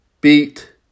beat